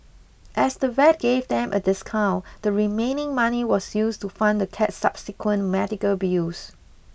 as the vet gave them a discount the remaining money was used to fund the cat's subsequent medical bills